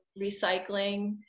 recycling